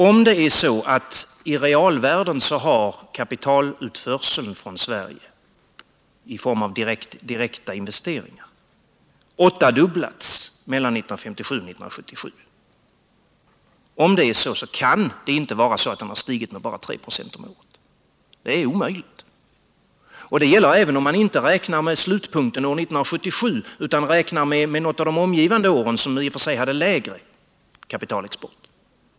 Om i realvärden kapitalutförseln från Sverige, i form av direkta investeringar, åttadubblats mellan 1957 och 1977, kan den inte ha stigit med bara 3 96 per år. Det är omöjligt. Det gäller även om man inte räknar med slutpunkten 1977 utan med något av de intilliggande åren, som i och för sig hade en lägre kapitalexport.